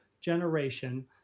generation